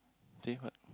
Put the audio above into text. same what